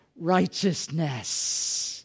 righteousness